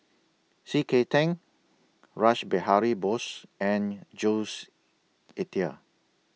C K Tang Rash Behari Bose and Jules Itier